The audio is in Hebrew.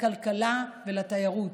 לכלכלה ולתיירות.